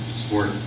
sport